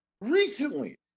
recently